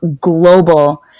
global